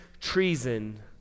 treason